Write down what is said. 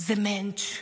זה מענטש,